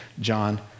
John